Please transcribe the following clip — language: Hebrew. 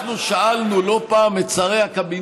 כשאנחנו שאלנו, לא פעם, את שרי הקבינט